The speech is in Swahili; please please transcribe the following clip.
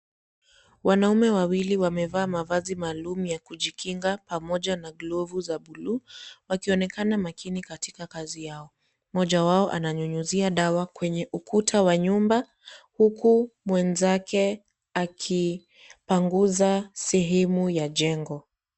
Wanaume wawili wamevaa mavazi maalumu ya kujikinga pamoja na glovu za buluu wakionekana makini katika kazi yao, mmoja wao ananyunyizia dawa kwenye ukuta wa nyumba, huku mwenzake akipanguza sehemu ya jengo.